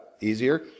easier